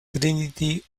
trinity